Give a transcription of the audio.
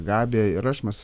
gabija ir aš mes